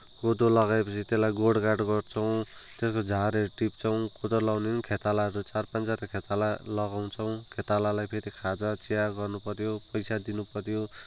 कोदो लगाएपछि त्यसलाई गोडगाड गर्छौँ त्यसको झारहरू टिप्छौँ कोदो लगाउने पनि खेतालाहरू चार पाँचजना खेताला लगाउँछौँ खेतालालाई फेरि खाजाचिया गर्नुपऱ्यो पैसा दिनुपर्यो